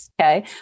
Okay